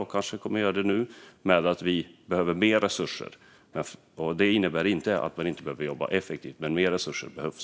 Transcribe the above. Han kanske gör det i sitt nästa inlägg genom att säga att vi behöver mer resurser. Det innebär inte att man inte behöver jobba effektivt. Men mer resurser behövs.